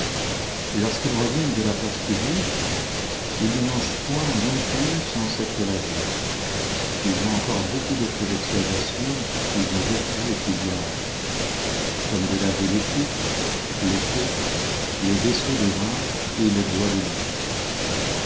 et lorsqu'ils reviennent de la place publique ils ne mangent point non plus sans s'être lavés ils ont encore beaucoup d'autres observations qu'ils ont reçues et qu'ils gardent comme de laver les coupes les pots les vaisseaux d'airain et les bois de lit